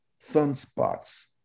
sunspots